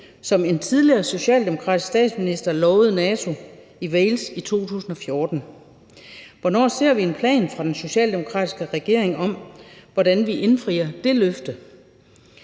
som en tidligere socialdemokratisk statsminister lovede NATO i Wales i 2014. Hvornår ser vi en plan fra den socialdemokratiske regering om, hvordan vi indfrier det løfte?